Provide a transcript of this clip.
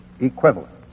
equivalent